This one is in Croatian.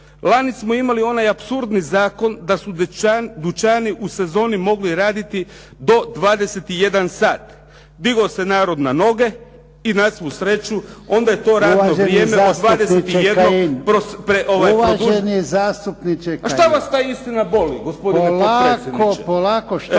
Lani smo imali onaj apsurdni zakon da su dućani u sezoni mogli raditi do 21 sat. Digao se narod na noge i na svu sreću onda je to radno vrijeme … **Jarnjak, Ivan (HDZ)** Uvaženi zastupniče Kajin. **Kajin, Damir (IDS)** A šta vas ta istina boli gospodine potpredsjedniče? **Jarnjak, Ivan